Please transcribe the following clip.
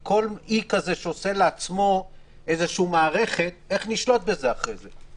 כל אי כזה שעושה לעצמו מערכת איך נשלוט בזה אחרי זה?